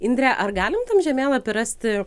indre ar galim tam žemėlapy rasti